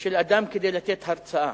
של אדם כדי לתת הרצאה?